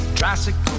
Tricycle